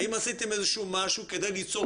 האם עשיתם איזה שהוא משהו כדי ליצור